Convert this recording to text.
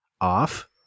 off